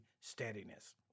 steadiness